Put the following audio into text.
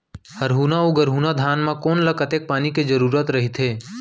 हरहुना अऊ गरहुना धान म कोन ला कतेक पानी के जरूरत रहिथे?